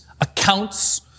accounts